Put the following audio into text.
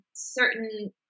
Certain